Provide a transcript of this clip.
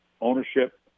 ownership